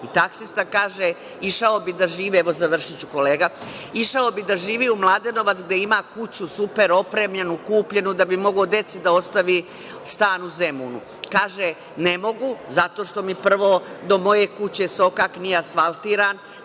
taksijem ovde i taksista kaže – išao bi da živi u Mladenovac gde ima kuću super opremljenu, kupljenu, da bi mogao deci da ostavi stan u Zemunu, kaže – ne mogu, zato što mi prvo do moje kuće sokak nije asfaltiran,